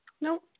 No